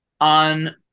on